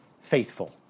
Faithful